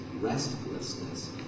restlessness